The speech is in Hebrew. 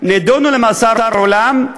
נידונו למאסר עולם,